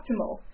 optimal